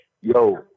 Yo